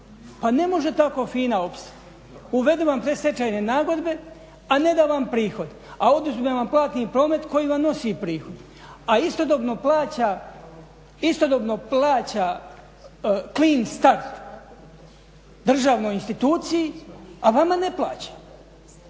Pa ne može tako FINA opstati. Uvede vam predstečajne nagodbe a neda vam prihod a oduzme vam platni promet koji vam nosi prihod. A istodobno plaća clean start državnoj instituciji a vama ne plaća.